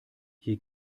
hier